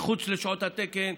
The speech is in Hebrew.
מחוץ לשעות התקן,